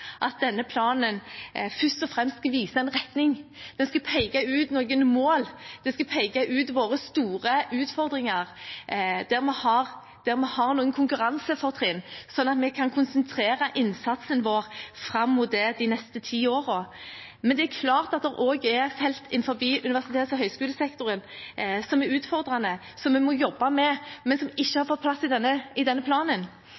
at denne planen først og fremst skal vise en retning. Den skal peke ut noen mål. Den skal peke ut våre store utfordringer og der vi har noen konkurransefortrinn, sånn at vi kan konsentrere innsatsen vår fram mot det de neste ti årene. Men det er klart at det også er felt innenfor universitets- og høyskolesektoren som er utfordrende, som vi må jobbe med, men som ikke har fått plass i denne planen.